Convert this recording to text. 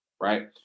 right